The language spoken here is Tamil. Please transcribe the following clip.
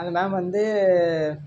அந்த மேம் வந்து